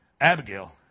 Abigail